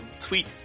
tweet